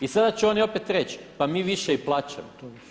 I sada će oni opet reći pa mi više i plaćamo.